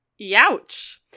Youch